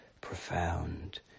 profound